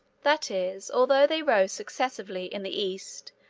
that is, although they rose successively in the east,